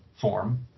form